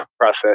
process